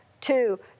two